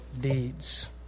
deeds